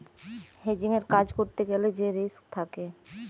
হেজিংয়ের কাজ করতে গ্যালে সে রিস্ক থাকে